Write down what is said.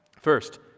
First